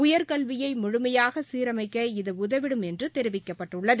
உயர்க்கல்வியை முழுமையாக சீரமைக்க இது உதவிடும் என்று தெரிவிக்கப்பட்டுள்ளது